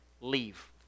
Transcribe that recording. leave